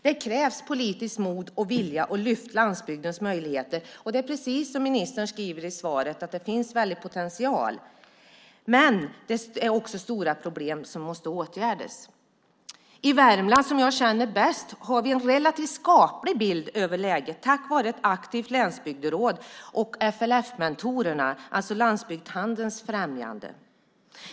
Det krävs politiskt mod och vilja för att lyfta fram landsbygdens möjligheter. Det finns, som ministern skriver i svaret, en väldig potential. Men det finns också stora problem som måste åtgärdas. I Värmland, som jag känner till bäst, har vi en skaplig bild över läget tack vare ett aktivt länsbygderåd och FLF-mentorerna, alltså Föreningen landsbygdshandelns främjande.